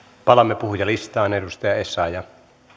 palaamme puhujalistaan edustaja essayah